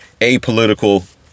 apolitical